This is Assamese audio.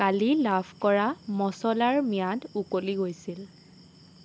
কালি লাভ কৰা মচলাৰ ম্যাদ উকলি গৈছিল